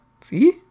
See